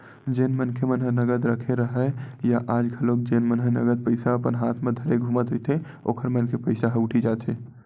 जेन मनखे मन ह नगद रखे राहय या आज घलोक जेन मन ह नगद पइसा अपन हात म धरे घूमत रहिथे ओखर मन के पइसा ह उठी जाथे